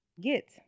Get